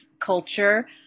culture